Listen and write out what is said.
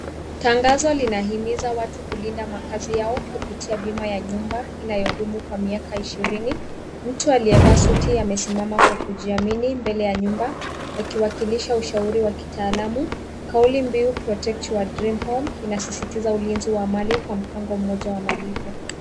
Tangazo linahimiza watu kulinda makazi yao kupitia bima ya nyumba inayodumu kwa miaka ishirini. Mtu aliyevaa suti amesimama kwa kujiamini mbele ya nyumba, akiwakilisha ushauri wa kitaalamu. Kauli mbiu protect your dream home inasisitiza ulinzi wa mali kwa mpango mmoja wa malipo.